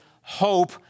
hope